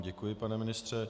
Děkuji vám, pane ministře.